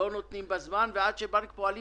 לבנק הפועלים